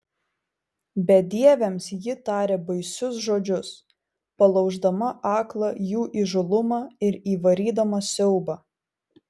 bedieviams ji tarė baisius žodžius palauždama aklą jų įžūlumą ir įvarydama siaubą